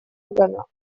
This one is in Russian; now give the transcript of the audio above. органа